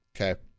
okay